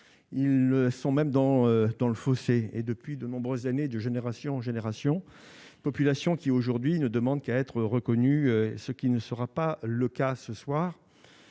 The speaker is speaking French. ils sont même dans dans le fossé et depuis de nombreuses années de génération en génération population qui aujourd'hui ne demandent qu'à être reconnu, ce qui ne sera pas le cas ce soir.